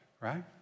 right